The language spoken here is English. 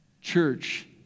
church